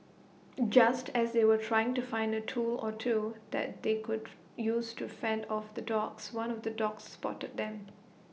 just as they were trying to find A tool or two that they could use to fend off the dogs one of the dogs spotted them